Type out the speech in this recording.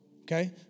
Okay